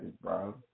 bro